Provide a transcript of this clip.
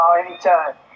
anytime